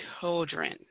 children